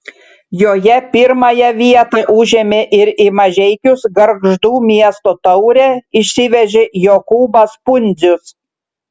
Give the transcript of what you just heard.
joje pirmąją vietą užėmė ir į mažeikius gargždų miesto taurę išsivežė jokūbas pundzius